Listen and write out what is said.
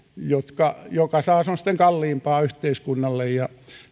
joka taas on sitten kalliimpaa yhteiskunnalle ja